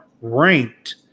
ranked